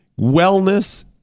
wellness